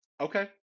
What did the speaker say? Okay